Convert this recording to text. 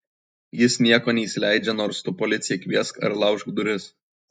jis nieko neįsileidžia nors tu policiją kviesk ar laužk duris